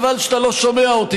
חבל שאתה לא שומע אותי,